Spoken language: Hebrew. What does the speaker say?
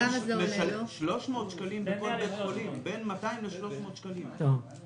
היום זה עולה בין 200 300 שקלים בכל בית חולים,